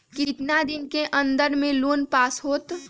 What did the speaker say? कितना दिन के अन्दर में लोन पास होत?